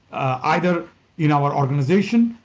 either you know our organization,